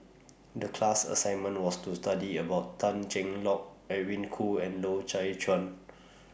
The class assignment was to study about Tan Cheng Lock Edwin Koo and Loy Chye Chuan